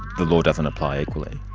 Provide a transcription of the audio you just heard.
the law doesn't apply equally.